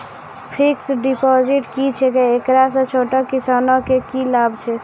Fixed deposit की छिकै, एकरा से छोटो किसानों के की लाभ छै?